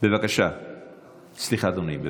סליחה, אדוני.